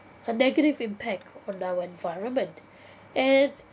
a negative impact on our environment and